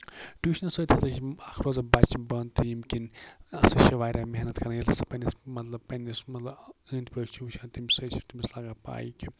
ٹوٗشنہٕ سۭتۍ ہسا چھِ اکھ روزان بچہٕ بَند تہٕ ییٚمہِ کِنۍ ہسا چہِ واریاہ محنت کران ییٚلہِ سُہ پَنٕنِس مطلب پَنٕنِس مطلب أندۍ پٔکۍ چھُ وُچھان تَمہِ سۭتۍ چھُ تٔمِس لگان پاے کہِ